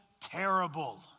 terrible